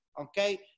Okay